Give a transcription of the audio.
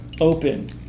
open